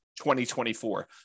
2024